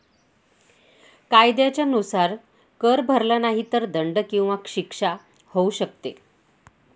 कायद्याच्या नुसार, कर भरला नाही तर दंड किंवा शिक्षा होऊ शकते